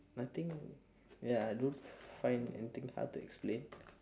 nothing ya I don't find anything hard to explain